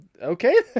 Okay